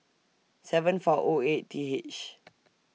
seven four O eight T H